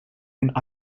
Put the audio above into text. and